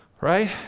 right